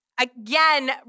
Again